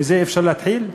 מזה אפשר להתחיל,